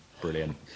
Brilliant